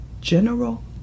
general